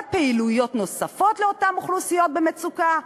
לפעילויות נוספות לאותן אוכלוסיות במצוקה.